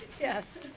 Yes